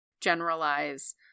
generalize